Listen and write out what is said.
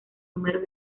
número